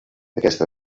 aquesta